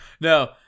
no